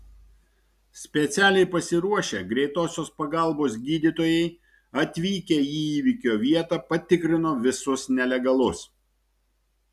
specialiai pasiruošę greitosios pagalbos gydytojai atvykę į įvykio vietą patikrino visus nelegalus